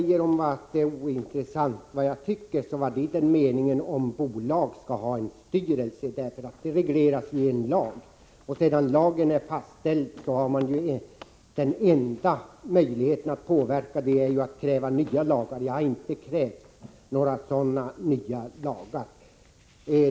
Herr talman! När jag säger att vad jag tycker är ointressant menar jag frågan om bolag skall ha en styrelse. Den frågan regleras ju i en lag. Sedan lagen är fastställd är den enda möjligheten att påverka detta att kräva nya lagar. Jag har inte krävt några sådana.